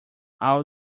i’ll